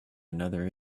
another